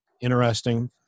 interesting